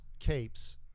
capes